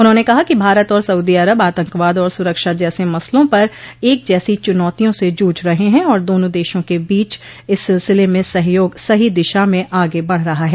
उन्होंने कहा कि भारत और सऊदी अरब आतंकवाद और सुरक्षा जैसे मसलों पर एक जैसी चुनौतियों से जूझ रहे हैं और दोनों देशों के बीच इस सिलसिले में सहयोग सही दिशा में आगे बढ़ रहा है